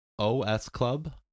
osclub